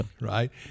Right